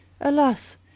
Alas